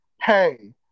Hey